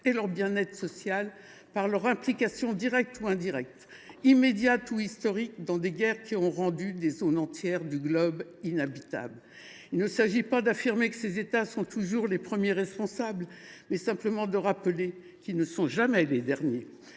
et leur bien être social par leur implication directe ou indirecte, immédiate ou historique, dans des guerres qui ont rendu des zones entières du globe inhabitables. Il ne s’agit pas d’affirmer que ces États sont toujours les premiers responsables […]: simplement de rappeler qu’ils ne sont jamais les derniers